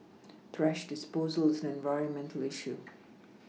thrash disposal is an environmental issue